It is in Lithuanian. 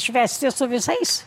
švęsti su visais